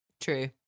True